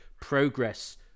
progress